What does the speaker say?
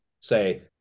say